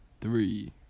Three